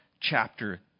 chapter